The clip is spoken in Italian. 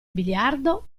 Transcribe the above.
biliardo